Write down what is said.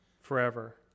forever